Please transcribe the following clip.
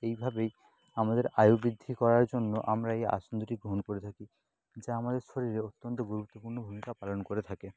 এইভাবেই আমাদের আয়ু বৃদ্ধি করার জন্য আমরা এই আসন দুটি গ্রহণ করে থাকি যা আমাদের শরীরে অত্যন্ত গুরুত্বপূর্ণ ভূমিকা পালন করে থাকে